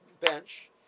bench